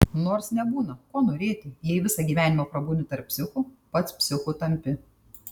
nors nebūna ko norėti jei visą gyvenimą prabūni tarp psichų pats psichu tampi